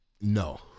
No